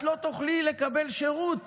את לא תוכלי לקבל שירות